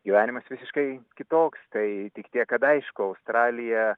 gyvenimas visiškai kitoks tai tik tiek kad aišku australija